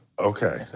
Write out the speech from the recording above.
Okay